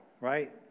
right